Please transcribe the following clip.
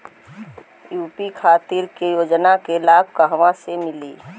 UP खातिर के योजना के लाभ कहवा से मिली?